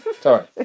Sorry